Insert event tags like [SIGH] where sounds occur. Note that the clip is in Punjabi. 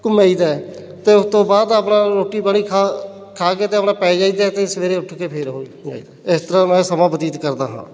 ਘੁੰਮ ਆਈ ਦਾ ਅਤੇ ਉਸ ਤੋਂ ਬਾਅਦ ਆਪਣਾ ਰੋਟੀ ਪਾਣੀ ਖਾ ਖਾ ਕੇ ਅਤੇ ਆਪਣਾ ਪੈ ਜਾਈਦਾ ਅਤੇ ਸਵੇਰੇ ਉੱਠ ਕੇ ਫਿਰ ਉਹੀ [UNINTELLIGIBLE] ਇਸ ਤਰ੍ਹਾਂ ਮੈਂ ਸਮਾਂ ਬਤੀਤ ਕਰਦਾ ਹਾਂ